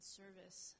service